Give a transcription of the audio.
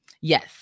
Yes